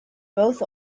both